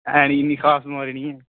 ऐ निं खास बमारी ऐ निं ऐ